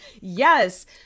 Yes